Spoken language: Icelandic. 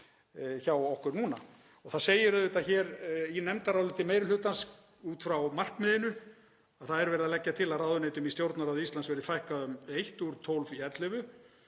hjá okkur núna. Það segir hér í nefndaráliti meiri hlutans út frá markmiðinu að það sé verið að leggja til að ráðuneytum í Stjórnarráði Íslands verði fækkað um eitt, úr tólf í ellefu,